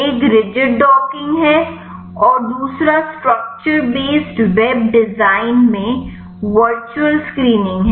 एक rigid docking है और दूसरा स्ट्रक्चर बेस्ड वेब डिज़ाइन में वर्चुअल स्क्रीनिंग है